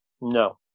No